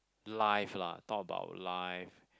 life lah talk about life